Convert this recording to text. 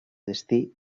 destí